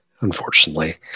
unfortunately